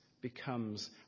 becomes